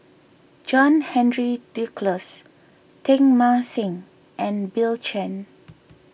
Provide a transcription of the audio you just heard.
John Henry Duclos Teng Mah Seng and Bill Chen